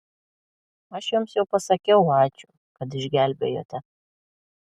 aš jums jau pasakiau ačiū kad išgelbėjote